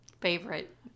favorite